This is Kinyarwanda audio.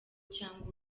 cyangwa